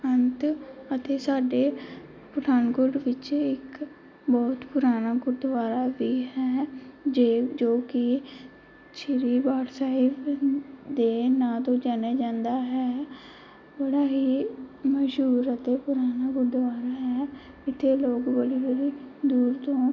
ਅੰਤ ਅਤੇ ਸਾਡੇ ਪਠਾਨਕੋਟ ਵਿੱਚ ਇੱਕ ਬਹੁਤ ਪੁਰਾਣਾ ਗੁਰਦੁਆਰਾ ਵੀ ਹੈ ਜੇ ਜੋ ਕਿ ਸ਼੍ਰੀ ਬਾਠ ਸਾਹਿਬ ਦੇ ਨਾਂ ਤੋਂ ਜਾਣਿਆ ਜਾਂਦਾ ਹੈ ਬੜਾ ਹੀ ਮਸ਼ਹੂਰ ਅਤੇ ਪੁਰਾਣਾ ਗੁਰਦੁਆਰਾ ਹੈ ਇੱਥੇ ਲੋਕ ਬੜੀ ਬੜੀ ਦੂਰ ਤੋਂ